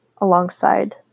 alongside